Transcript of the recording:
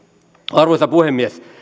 arvoisa puhemies